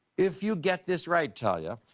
if you get this right, talia,